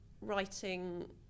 writing